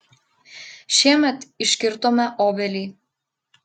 šiemet iškirtome obelį